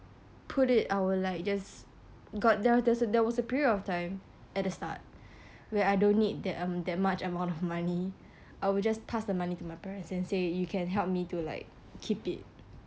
put it I would like just got there was a there was a period of time at the start where I don't need that um that much amount of money I would just pass the money to my parents then say you can help me to like keep it